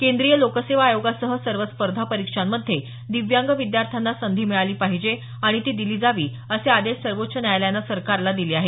केंद्रीय लोकसेवा आयोगासह सर्व स्पर्धा परीक्षांमध्ये दिव्यांग विद्यार्थ्यांना संधी मिळाली पाहिजे आणि ती दिली जावी असे आदेश सर्वोच्च न्यायालयानं सरकारला दिले आहेत